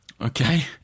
Okay